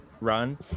run